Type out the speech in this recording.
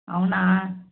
అవునా